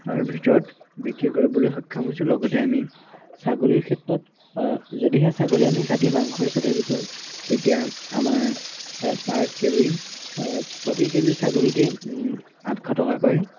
ভিতৰত বিক্ৰী কৰিবলৈ সক্ষম হৈছোঁ লগতে আমি ছাগলীৰ ক্ষেত্ৰত যদিহে ছাগলী আমি কাটি মাংস হিচাপে বিকোঁ তেতিয়া আমাৰ পাৰ কেজি প্ৰতি কেজি ছাগলীতে আঠশ টকাকৈ